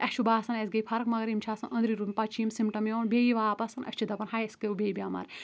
اسہِ چھُ باسان اسہِ گے فرق مگر یِم چھِ آسان أنٛدری روٗدۍمٕتۍ پتہٕ چھِ یِم سِمپٹَم یِوان بییہِ واپَس اسۍ چھِ دَپان ہاے اسۍ گے بیٚیہِ بٮ۪مار